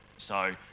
so,